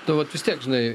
nu vat vis tiek žinai